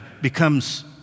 becomes